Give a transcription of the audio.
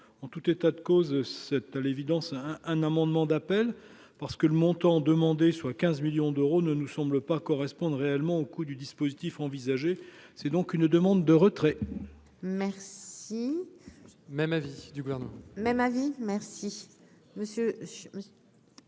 en tout état de cause, c'est à l'évidence un un amendement d'appel parce que le montant demandé, soit 15 millions d'euros ne nous semble pas correspondre réellement au coût du dispositif envisagé, c'est donc une demande de retrait. Merci même avis du blanc, même avis merci